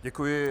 Děkuji.